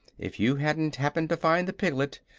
if you hadn't happened to find the piglet,